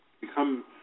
become